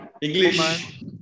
English